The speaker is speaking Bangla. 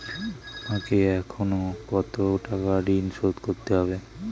আমাকে এখনো কত টাকা ঋণ শোধ করতে হবে?